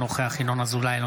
אינו נוכח ינון אזולאי,